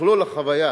מכלול החוויה